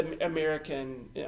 American